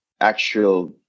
actual